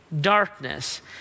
darkness